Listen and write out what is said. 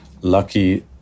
Lucky